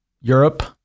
Europe